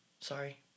Sorry